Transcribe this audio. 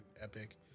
epic